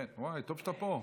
כן, וואו, טוב שאתה פה.